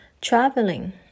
traveling